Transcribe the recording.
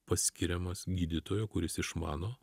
paskiriamas gydytojo kuris išmano